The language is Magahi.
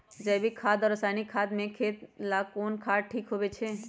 जैविक खाद और रासायनिक खाद में खेत ला कौन खाद ठीक होवैछे?